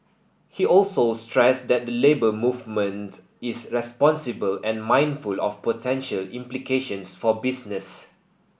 he also stressed that the Labour Movement is responsible and mindful of potential implications for business